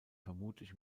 vermutlich